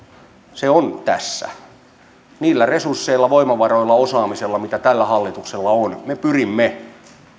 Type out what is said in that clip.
se on tässä niillä resursseilla voimavaroilla osaamisella mitä tällä hallituksella on me pyrimme